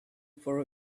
for